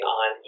on